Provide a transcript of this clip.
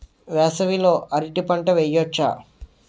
వేసవి లో అరటి పంట వెయ్యొచ్చా?